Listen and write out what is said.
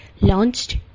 launched